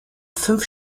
fünf